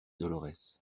dolorès